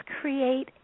create